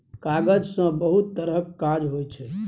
कागज सँ बहुत तरहक काज होइ छै